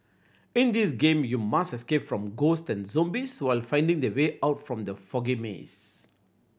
in this game you must escape from ghost and zombies while finding the way out from the foggy maze